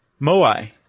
Moai